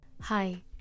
Hi